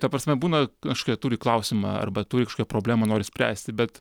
ta prasme būna kaž turi klausimą arba turi kažkokią problemą nori spręsti bet